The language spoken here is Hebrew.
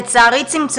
אנחנו